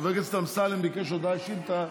חבר הכנסת אמסלם ביקש הודעה אישית.